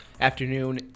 afternoon